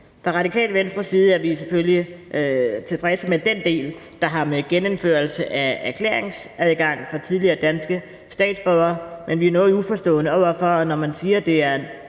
Fra Radikale Venstres side er vi selvfølgelig tilfredse med den del, der har at gøre med genindførelse af erklæringsadgang fra tidligere danske statsborgere, men vi er noget uforstående over for, når man siger, at det er en